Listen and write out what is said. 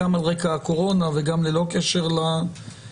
גם על רקע הקורונה וגם ללא קשר לקורונה,